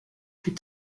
plus